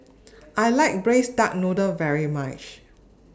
I like Braised Duck Noodle very much